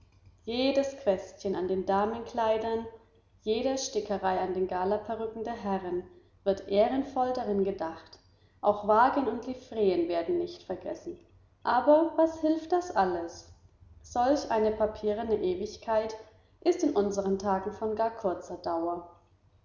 jedes quästchen an den damenkleidern jeder stickerei an den galaperücken der herren wird ehrenvoll darin gedacht auch wagen und livreen werden nicht vergessen aber was hilft das alles solch eine papierene ewigkeit ist in unseren tagen von gar kurzer dauer